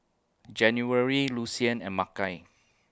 January Lucien and Makai